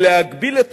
ולהגביל את